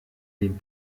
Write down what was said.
dem